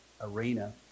arena